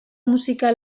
musika